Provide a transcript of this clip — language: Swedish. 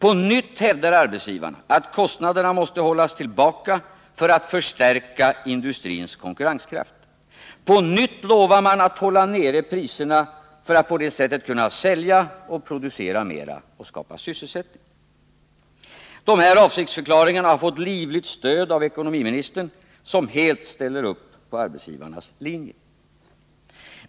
På nytt hävdar arbetsgivarna att man måste hålla tillbaka kostnaderna för att förstärka industrins konkurrenskraft. På nytt lovar man att hålla nere priserna för att på det sättet kunna sälja och producera mer och skapa sysselsättning. De här avsiktsförklaringarna har fått livligt stöd av ekonomiministern, som helt ställer upp på arbetsgivarnas linje.